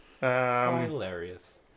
hilarious